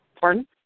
Pardon